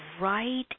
right